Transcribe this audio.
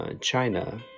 China